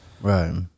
right